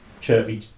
chirpy